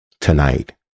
Tonight